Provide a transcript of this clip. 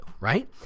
right